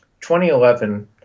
2011